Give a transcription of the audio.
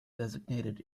designated